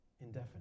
indefinite